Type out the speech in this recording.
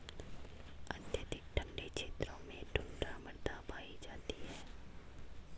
अत्यधिक ठंडे क्षेत्रों में टुण्ड्रा मृदा पाई जाती है